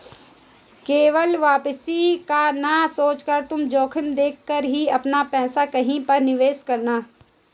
केवल वापसी का ना सोचकर तुम जोखिम देख कर ही अपना पैसा कहीं पर निवेश करना